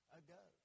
ago